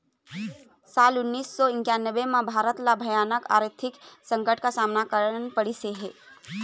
साल उन्नीस सौ इन्कानबें म भारत ल भयानक आरथिक संकट के सामना करना पड़िस हे